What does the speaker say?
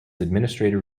administrative